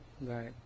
Right